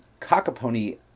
cockapony